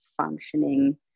functioning